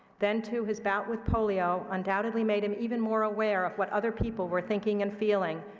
then, too, his bout with polio undoubtedly made him even more aware of what other people were thinking and feeling,